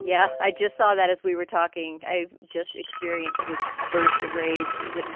yeah, i just saw that as we were talking. i just experienced the burst of rage that